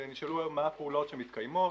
ונשאלו היום מה הפעולות שמתקיימות.